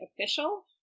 official